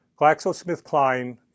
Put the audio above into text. GlaxoSmithKline